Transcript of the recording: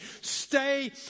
stay